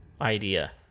idea